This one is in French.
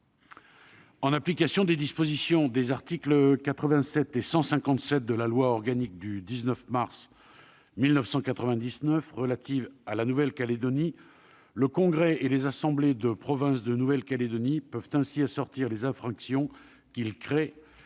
En application des dispositions des articles 87 et 157 de la loi organique du 19 mars 1999 relative à la Nouvelle-Calédonie, le Congrès et les assemblées de province de Nouvelle-Calédonie peuvent ainsi assortir de peines d'emprisonnement